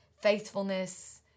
faithfulness